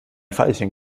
veilchen